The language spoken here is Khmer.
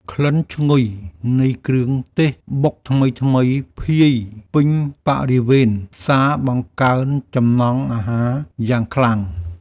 ក្លិនឈ្ងុយនៃគ្រឿងទេសបុកថ្មីៗភាយពេញបរិវេណផ្សារបង្កើនចំណង់អាហារយ៉ាងខ្លាំង។